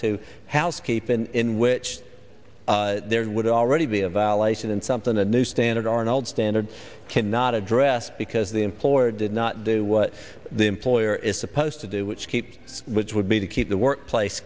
to housekeeping in which there would already be a violation and something a new standard arnold standards cannot address because the employer did not do what the employer is supposed to do which keep which would be to keep the workplace